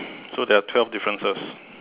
so there are twelve differences